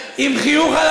בזה אתה מסיים.